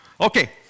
Okay